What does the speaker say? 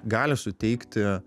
gali suteikti